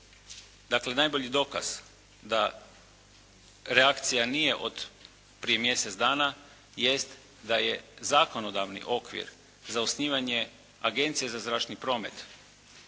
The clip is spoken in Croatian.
dakle najbolji dokaz da reakcija nije od prije mjesec dana, jest da je zakonodavni okvir za osnivanje Agencije za zračni promet koje će